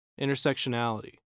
intersectionality